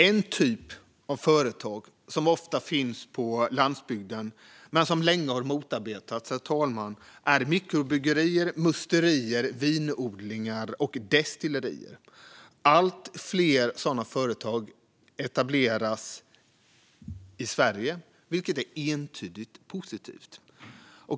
En typ av företag som ofta finns på landsbygden men som länge har motarbetats är mikrobryggerier, musterier, vinodlingar och destillerier. Allt fler sådana företag etableras i Sverige, vilket är entydigt positivt.